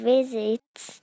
Visits